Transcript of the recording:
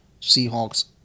Seahawks